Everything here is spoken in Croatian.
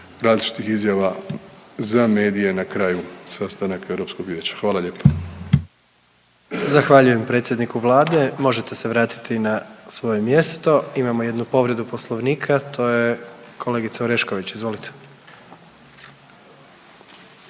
različitih izjava za medije na karaju sastanaka Europskog vijeća. Hvala lijepa. **Jandroković, Gordan (HDZ)** Zahvaljujem predsjedniku Vlade. Možete se vratiti na svoje mjesto. Imamo jednu povredu poslovnika to je kolegica Orešković, izvolite.